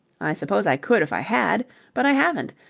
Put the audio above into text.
i suppose i could if i had but i haven't.